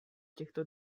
těchto